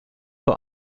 vor